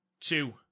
two